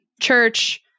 church